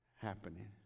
happening